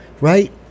right